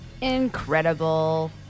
Incredible